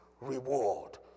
reward